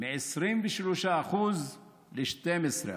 מ-23% ל-12%,